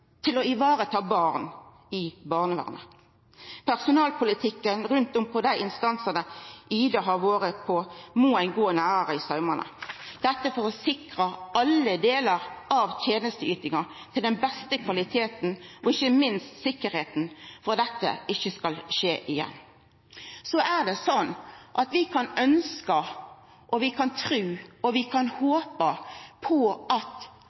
å vareta barn i barnevernet? Personalpolitikken rundt om på dei institusjonane «Ida» har vore på, i dei instansane ho har møtt, må ein gå nærare etter i saumane for å sikra den beste kvaliteten i alle delar av tenesteytinga, og ikkje minst tryggleiken for at dette ikkje skal skje igjen. Så kan vi ønskja og vi kan tru og vi kan